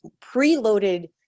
preloaded